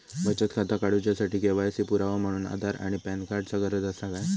बचत खाता काडुच्या साठी के.वाय.सी पुरावो म्हणून आधार आणि पॅन कार्ड चा गरज आसा काय?